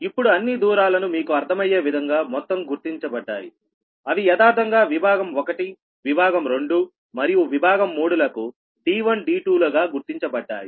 ఇప్పుడు అన్ని దూరాలను మీకు అర్థమయ్యే విధంగా మొత్తం గుర్తించబడ్డాయి అవి యదార్ధంగా విభాగం 1 విభాగం 2 మరియు విభాగం 3 లకు d1d2 లుగా గుర్తించబడ్డాయి